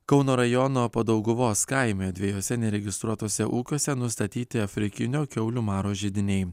kauno rajono padauguvos kaime dviejose neregistruotose ūkiuose nustatyti afrikinio kiaulių maro židiniai